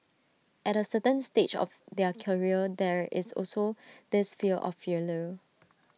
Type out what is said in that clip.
at A certain stage of their career there is also this fear of failure